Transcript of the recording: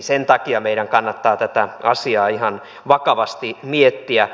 sen takia meidän kannattaa tätä asiaa ihan vakavasti miettiä